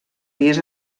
dies